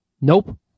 Nope